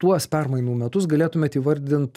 tuos permainų metus galėtumėt įvardint